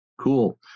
Cool